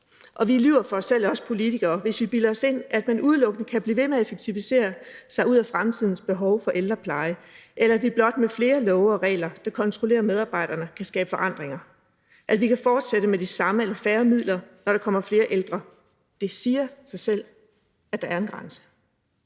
lyver for os selv, hvis vi bilder os ind, at man udelukkende kan blive ved med at effektivisere sig ud af fremtidens behov for ældrepleje eller vi blot med flere love og regler, der kontrollerer medarbejderne, kan skabe forandringer, og at vi kan fortsætte med de samme eller færre midler, når der kommer flere ældre. Det siger sig selv, at der er en grænse.